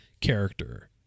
character